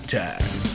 time